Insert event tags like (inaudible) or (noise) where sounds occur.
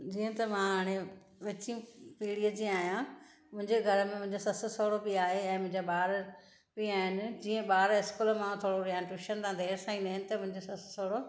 जीअं त मां हाणे विचीं पीढ़ीअ जी आहियां मुंहिंजे घरु में मुंहिंजे ससु सहुरो बि आहे ऐ मुंहिंजा ॿार बि आहिनि जीअं ॿार स्कूल मां थोरो (unintelligible) ट्युशन तां देरि सां ईंदा आहिनि त मुंहिंजो ससु सहुरो